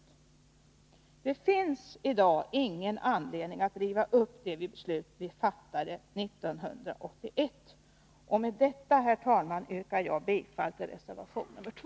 Det finns i dag ingen anledning att riva upp det beslut vi fattade 1981. Med detta, herr talman, yrkar jag bifall till reservation nr 1.